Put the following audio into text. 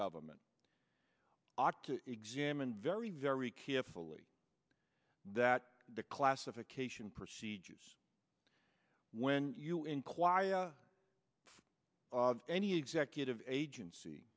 government ought to examine very very carefully that declassification procedures when you inquire for any executive agency